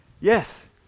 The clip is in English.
Yes